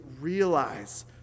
realize